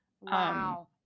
Wow